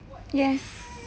yes